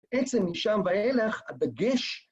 בעצם משם ואילך הדגש..